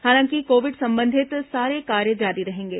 हालांकि कोविड संबंधित सारे कार्य जारी रहेंगे